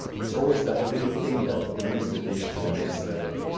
it's always that little thing that brings the dish to the next level.